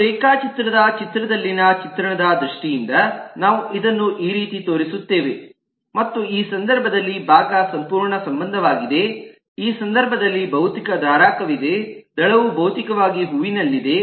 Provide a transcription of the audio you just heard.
ಮತ್ತು ರೇಖಾಚಿತ್ರದ ಚಿತ್ರಣದಲ್ಲಿನ ಚಿತ್ರಣದ ದೃಷ್ಟಿಯಿಂದ ನಾವು ಇದನ್ನು ಈ ರೀತಿ ತೋರಿಸುತ್ತೇವೆ ಮತ್ತು ಈ ಸಂದರ್ಭದಲ್ಲಿ ಭಾಗ ಸಂಪೂರ್ಣ ಸಂಬಂಧವಾಗಿದೆ ಈ ಸಂದರ್ಭದಲ್ಲಿ ಭೌತಿಕ ಧಾರಕವಿದೆ ದಳವು ಭೌತಿಕವಾಗಿ ಹೂವಿನಲ್ಲಿದೆ